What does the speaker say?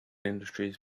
industries